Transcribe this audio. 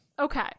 Okay